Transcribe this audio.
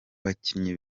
bakinyi